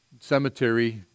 cemetery